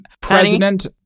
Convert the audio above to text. president